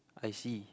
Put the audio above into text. I see